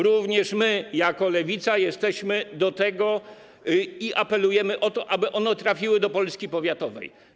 Również my, jako Lewica, jesteśmy o tym przekonani i apelujemy o to, aby one trafiły do Polski powiatowej.